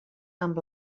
amb